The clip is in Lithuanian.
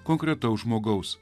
konkretaus žmogaus